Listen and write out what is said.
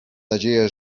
nadzieję